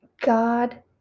God